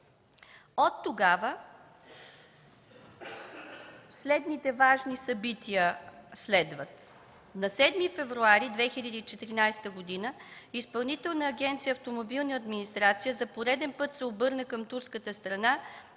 следват следните важни събития. На 7 февруари 2014 г. Изпълнителна агенция „Автомобилна администрация” за пореден път се обърна към турската страна